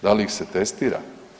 Da li ih se testira?